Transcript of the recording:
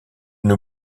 une